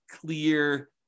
clear